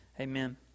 Amen